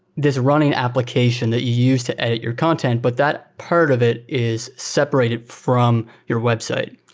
this running application that you used to edit your content, but that part of it is separated from your website.